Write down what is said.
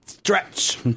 Stretch